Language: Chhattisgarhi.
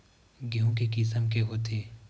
गेहूं के किसम के होथे?